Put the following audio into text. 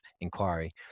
inquiry